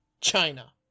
China